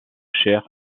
cher